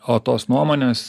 o tos nuomonės